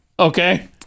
Okay